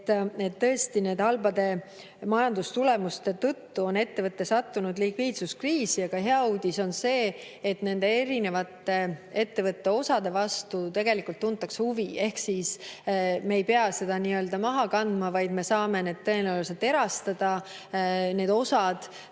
Tõesti, nende halbade majandustulemuste tõttu on ettevõte sattunud likviidsuskriisi, aga hea uudis on see, et nende erinevate ettevõtte osade vastu tegelikult tuntakse huvi. Ehk me ei pea seda nii-öelda maha kandma, vaid me saame need osad tõenäoliselt erastada, nii et